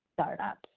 startups